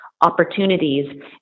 opportunities